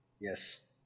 Yes